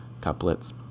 couplets